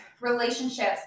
relationships